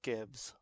Gibbs